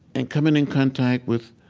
and coming in contact with